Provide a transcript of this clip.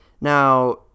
Now